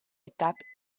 étape